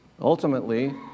Ultimately